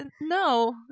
no